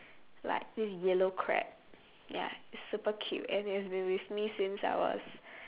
like this yellow crab ya it's super cute and it's been with me since I was